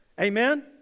Amen